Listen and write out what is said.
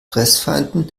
fressfeinden